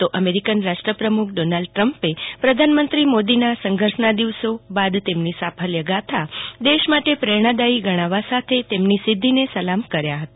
તો અમેરિકન રાષ્ટ્રપ્રમુખ ડોનાલ્ડ ટ્રમ્પે પ્રધાનમંત્રી મોદીના સંઘર્ષના દિવસો અને બાદ તેમની સાફલ્યગાથા દેશ માટે પ્રેરણાદાયી ગણાવા સાથે તેમની સિઘ્ઘિને સલામ કર્યા હતા